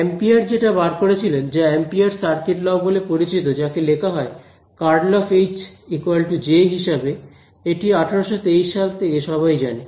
ampere যেটা বার করেছিলেন যা অ্যাম্পিয়ার সার্কিট ল বলে পরিচিত যাকে লেখা হয় ∇× H J হিসাবে এটি 1823 সাল থেকে সবাই জানে